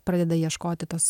pradeda ieškoti tos